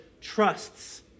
trusts